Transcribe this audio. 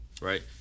Right